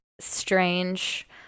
strange